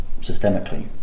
systemically